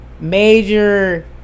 Major